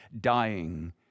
dying